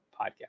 podcast